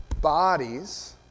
bodies